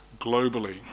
globally